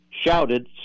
shouted